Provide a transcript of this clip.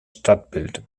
stadtbild